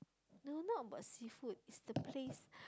no not about seafood is the place